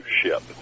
ship